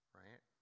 right